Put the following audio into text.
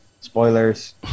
spoilers